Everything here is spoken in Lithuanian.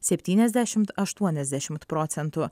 septyniasdešimt aštuoniasdešimt procentų